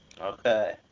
Okay